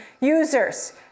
users